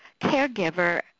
caregiver